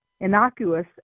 innocuous